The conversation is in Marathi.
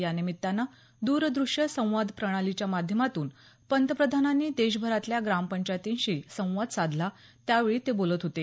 या निमित्तानं द्रद्रष्य संवाद प्रणालीच्या माध्यमातून पंतप्रधानांनी देशभरातल्या ग्रामपंचायतींशी संवाद साधला त्यावेळी ते बोलत होते